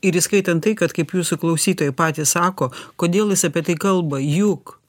ir įskaitant tai kad kaip jūsų klausytojai patys sako kodėl jis apie tai kalba juk